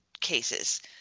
cases